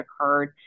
occurred